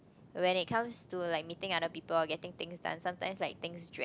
when it comes to like meeting other people or getting things done sometimes like things drag